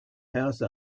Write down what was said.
house